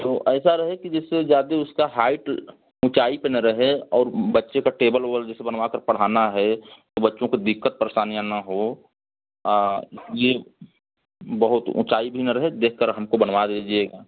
तो ऐसा रहे कि जिससे जाते उसका हाइट ऊँचाई पर ना रहें और बच्चे का टेबल उबल जैसे बनवाकर पढ़ाना है तो बच्चों को दिक्कत परेशानियाँ ना हो यह बहुत ऊँचाई भी ना रहे देखकर हम को बनवा दीजिए